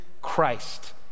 Christ